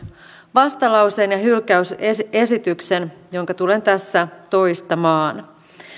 vastalauseen ja hylkäysesityksen jonka tulen tässä toistamaan